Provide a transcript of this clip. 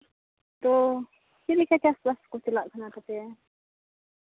ᱛᱳ ᱪᱮᱫ ᱞᱮᱠᱟ ᱪᱟᱥᱼᱵᱟᱥ ᱠᱚ ᱪᱟᱞᱟᱜ ᱠᱟᱱ ᱛᱟᱯᱮᱭᱟ